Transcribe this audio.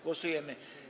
Głosujemy.